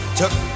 took